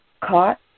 caught